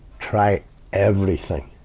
try everything,